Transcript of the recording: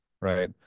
Right